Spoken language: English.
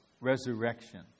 resurrection